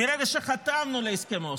מרגע שחתמנו על הסכם אוסלו,